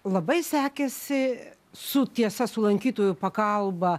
labai sekėsi su tiesa su lankytojų pakalba